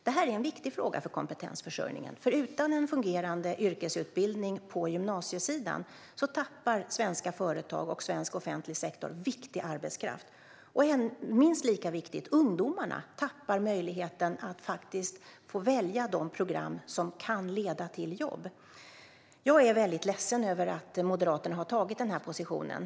Det här är en viktig fråga för kompetensförsörjningen, för utan en fungerande yrkesutbildning på gymnasiesidan tappar svenska företag och svensk offentlig sektor viktig arbetskraft. Minst lika viktigt är att ungdomarna tappar möjligheten att faktiskt få välja de program som kan leda till jobb. Jag är väldigt ledsen över att Moderaterna har tagit den här positionen.